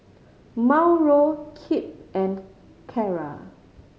Mauro Kipp and Carra